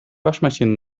waschmaschine